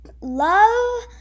love